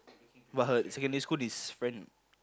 but her secondary school this friend